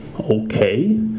okay